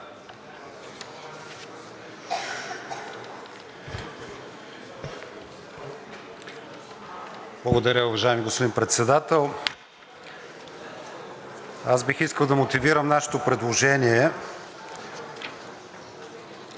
Благодаря, уважаеми господин Председател. Аз бих искал да мотивирам нашето предложение